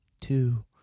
Two